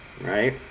right